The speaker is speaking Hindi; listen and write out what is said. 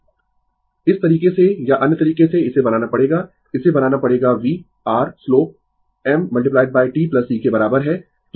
Refer Slide Time 2341 इस तरीके से या अन्य तरीके से इसे बनाना पड़ेगा इसे बनाना पड़ेगा V r slope m t C के बराबर है